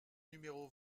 numéro